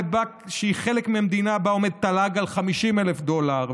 שהיא חלק ממדינה שבה עומד התל"ג על 50,000 דולר,